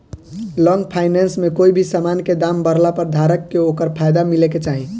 long finance में कोई समान के दाम बढ़ला पर धारक के ओकर फायदा मिले के चाही